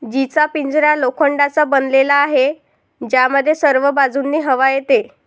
जीचा पिंजरा लोखंडाचा बनलेला आहे, ज्यामध्ये सर्व बाजूंनी हवा येते